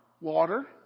Water